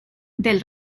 del